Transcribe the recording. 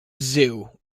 zoo